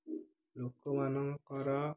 ଲୋକମାନଙ୍କର